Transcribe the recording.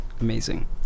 amazing